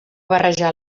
barrejar